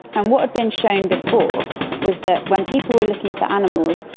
and what had been shown before was that when people were looking for animals,